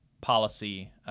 policy